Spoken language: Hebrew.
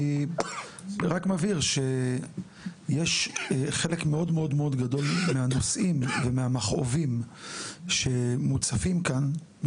אני רק מבהיר שיש חלק מאוד מאוד גדול מהנושאים ומהמכאובים שמוצפים כאן,